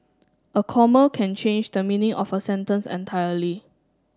a comma can change the meaning of a sentence entirely